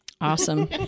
Awesome